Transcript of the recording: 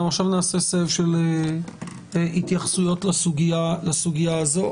אנחנו נעשה סבב של התייחסות לסוגיה הזאת.